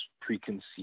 preconceived